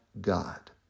God